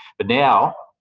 but now,